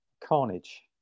Carnage